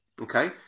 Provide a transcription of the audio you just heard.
Okay